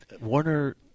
Warner